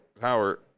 Howard